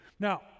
Now